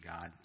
God